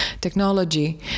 technology